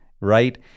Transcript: right